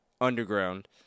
underground